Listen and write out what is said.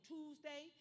Tuesday